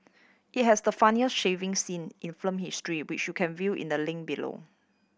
it has the funniest shaving scene in film history which you can view in the link below